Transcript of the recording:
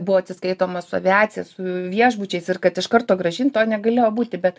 buvo atsiskaitoma su aviacija su viešbučiais ir kad iš karto grąžint to negalėjo būti bet